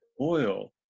oil